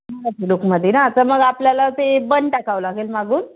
लूकमध्ये ना तर मग आपल्याला ते बन टाकावं लागेल मागून